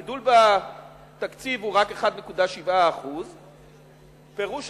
הגידול בתקציב הוא רק 1.7%. פירוש